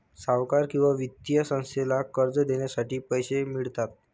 सावकार किंवा वित्तीय संस्थेला कर्ज देण्यासाठी पैसे मिळतात